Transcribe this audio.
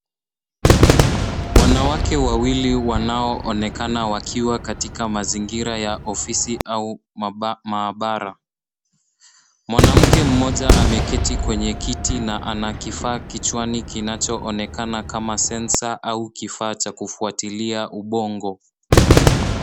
Wanawake wawili wanaoonekana wakiwa katika mazingira ya ofisi au maabara. Mwanamke mmoja ameketi kwenye kiti na ana Kifaa kichwani kinachoonekana kama sensor au kifaa cha kufwatilia ubongo.